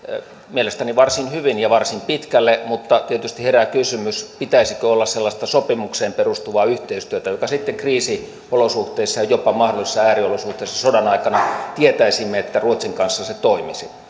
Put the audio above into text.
mielestäni varsin hyvin ja varsin pitkälle mutta tietysti herää kysymys pitäisikö olla sellaista sopimukseen perustuvaa yhteistyötä jolloin sitten kriisiolosuhteissa jopa mahdollisissa ääriolosuhteissa sodan aikana tietäisimme että ruotsin kanssa se toimisi